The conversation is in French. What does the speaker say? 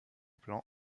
plan